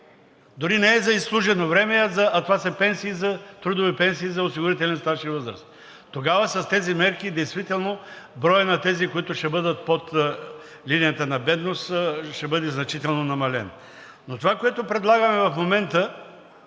Дори не е за прослужено време, а това са трудови пенсии за осигурителен стаж и възраст и тогава с тези мерки действително броят на тези, които ще бъдат под линията на бедност, ще бъде значително намален. Това, което предлагаме в момента,